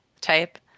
type